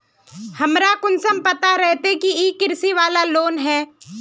हमरा कुंसम पता रहते की इ कृषि वाला लोन है?